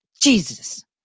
Jesus